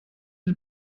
den